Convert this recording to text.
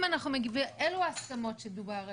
אלו ההסכמות שדובר עליהן,